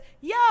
yo